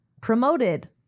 promoted